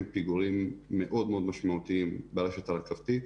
פיגורים מאוד מאוד משמעותיים ברשת הרכבתית,